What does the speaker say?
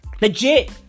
Legit